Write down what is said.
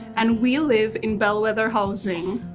and we live in bellwether housing.